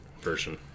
version